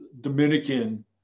Dominican